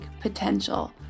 potential